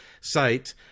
site